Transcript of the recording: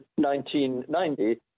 1990